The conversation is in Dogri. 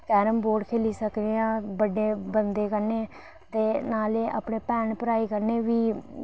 कैरम बोर्ड खेली सकनेआं बड्डे बंदे कन्नै ते नाले अपने भैने भ्राएं कन्नै बी